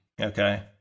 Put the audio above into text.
Okay